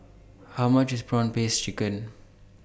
How much IS Prawn Paste Chicken